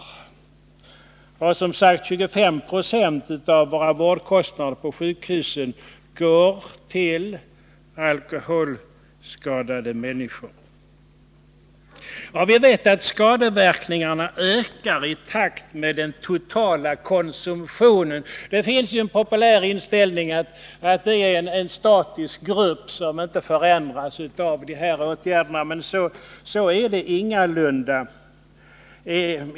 Hela 25 90 av vårdkostnaderna på sjukhus gäller alkoholskadade människor. Vi vet att skadeverkningarna ökar i takt med den totala konsumtionen. Det finns en populär inställning att det gäller en statisk grupp som inte förändras av åtgärder på det här området, men så är det ingalunda.